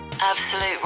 Absolute